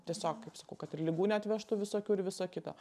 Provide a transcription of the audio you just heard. tiesiog kaip sakau kad ir ligų ne atvežtų visokių ir viso kito